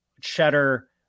cheddar